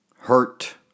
Hurt